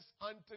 unto